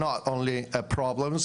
להלן תרגום חופשי) טוב, זה לא רק בעיות.